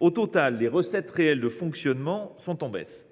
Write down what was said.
Au total, les recettes réelles de fonctionnement sont en baisse :